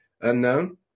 unknown